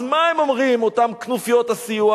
אז מה הם אומרים, אותן כנופיות הסיוע?